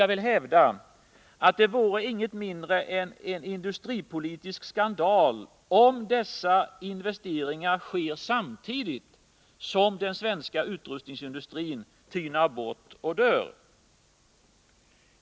Jag vill hävda att det vore ingenting mindre än en industripolitisk skandal, om dessa investeringar sker samtidigt som den svenska utrustningsindustrin tynar bort och dör.